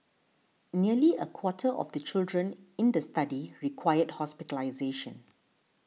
nearly a quarter of the children in the study required hospitalisation